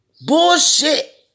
Bullshit